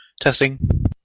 Testing